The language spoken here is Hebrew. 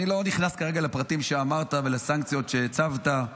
אני לא נכנס כרגע לפרטים שאמרת ולסנקציות שהצבת.